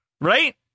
Right